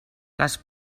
les